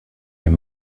your